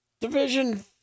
Division